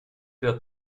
der